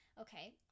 Okay